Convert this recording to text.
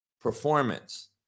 performance